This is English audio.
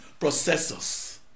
processors